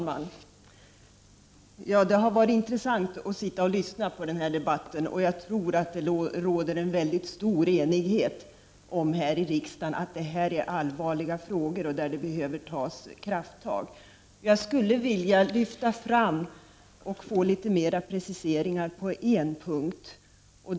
Herr talman! Det har varit intressant att lyssna på debatten. Jag tror att det råder väldigt stor enighet i riksdagen om att det här är allvarliga frågor där det behövs krafttag. Jag skulle vilja lyfta fram en viss fråga och få ytterligare preciseringar på den punkten.